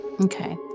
Okay